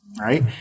right